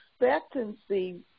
expectancy